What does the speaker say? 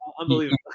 unbelievable